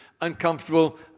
uncomfortable